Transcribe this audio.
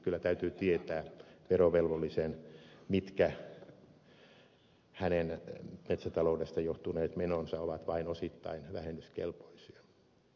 kyllä verovelvollisen täytyy tietää mitkä hänen metsätaloudesta johtuneet menonsa ovat vain osittain vähennyskelpoisia